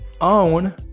own